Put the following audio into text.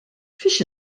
fiex